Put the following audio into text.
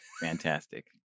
Fantastic